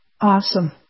Awesome